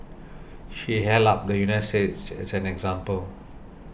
she held up the United States as an example